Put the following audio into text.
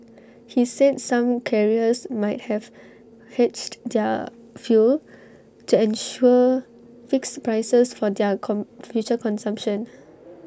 he said some carriers might have hedged their fuel to ensure fixed prices for their come future consumption